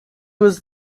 was